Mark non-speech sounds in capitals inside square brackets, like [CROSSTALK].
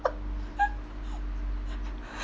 [LAUGHS]